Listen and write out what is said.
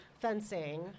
fencing